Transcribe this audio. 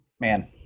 man